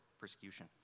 persecution